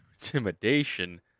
intimidation